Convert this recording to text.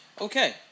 Okay